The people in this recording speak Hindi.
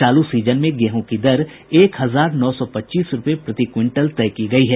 चालू सीजन में गेहूँ की दर एक हजार नौ सौ पच्चीस रूपये प्रति क्विंटल तय की गयी है